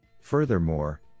Furthermore